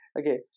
Okay